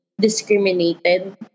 discriminated